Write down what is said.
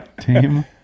team